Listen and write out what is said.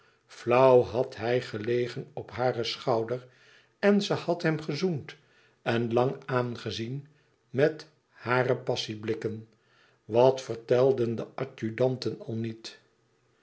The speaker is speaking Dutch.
flauw had hij gelegen op haren schouder en ze had hem gezoend en lang aangezien met hare passieblikken wat vertelden de adjudanten al niet